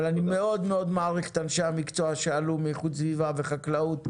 אבל אני מאוד מאוד מעריך את אנשי המקצוע שעלו מאיכות הסביבה וחקלאות,